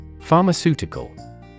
Pharmaceutical